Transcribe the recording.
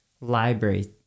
library